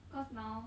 cause now